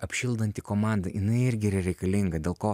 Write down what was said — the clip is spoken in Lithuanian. apšildanti komanda jinai irgi yra reikalinga dėl ko